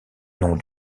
nom